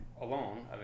alone